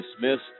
dismissed